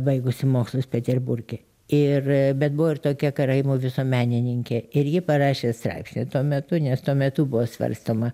baigusi mokslus peterburge ir bet buvo ir tokia karaimų visuomenininkė ir ji parašė straipsnį tuo metu nes tuo metu buvo svarstoma